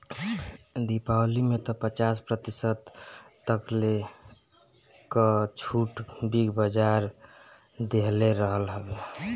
दीपावली में तअ पचास प्रतिशत तकले कअ छुट बिग बाजार देहले रहल हवे